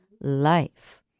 life